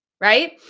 right